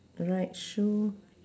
right shoe